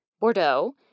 Bordeaux